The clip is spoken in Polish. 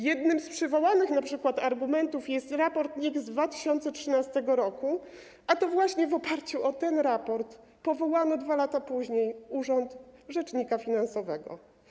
Jednym z przywołanych np. argumentów jest raport NIK z 2013 r., a to właśnie w oparciu o ten raport powołano 2 lata później urząd rzecznika finansowego.